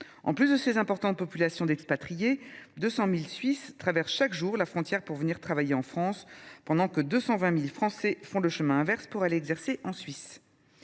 En sus de ces importantes populations d’expatriés, 200 000 Suisses traversent chaque jour la frontière pour venir travailler en France, pendant que 220 000 Français font le chemin inverse pour aller exercer leur